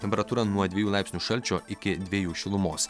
temperatūra nuo dviejų laipsnių šalčio iki dviejų šilumos